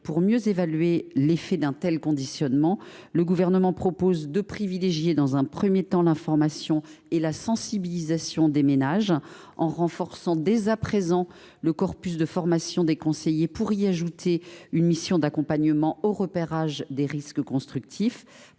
pour mieux évaluer l’effet de cet éventuel conditionnement. Le Gouvernement propose, dans un premier temps, de privilégier l’information et la sensibilisation des ménages, en renforçant dès à présent le corpus de formation des conseillers pour y ajouter une mission d’accompagnement au repérage des risques constructifs.